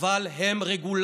אבל הם רגולטור,